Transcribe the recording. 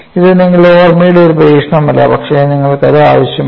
ഇത് നിങ്ങളുടെ ഓർമ്മയുടെ ഒരു പരീക്ഷണമല്ല പക്ഷേ നിങ്ങൾക്കത് ആവശ്യമാണ്